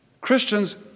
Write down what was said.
Christians